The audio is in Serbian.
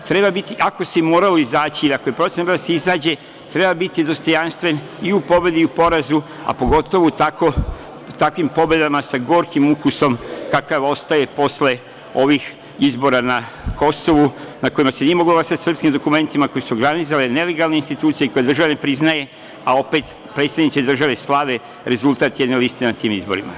Ako si morao izaći, ako je procena bila da se izađe, treba biti dostojanstven i u pobedi i u porazu, a pogotovo u takvim pobedama, sa gorkim ukusom, kakav ostaje posle ovih izbora na Kosovu, na kojima se nije moglo glasati srpskim dokumentima, koje su organizovale nelegalne institucije i koje država ne priznaje, a opet predstavnici države slave rezultat jedne liste na tim izborima.